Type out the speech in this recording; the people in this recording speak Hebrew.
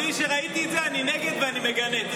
בלי שראיתי אני נגד ואני מגנה.